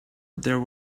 there